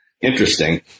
interesting